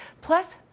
plus